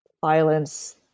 violence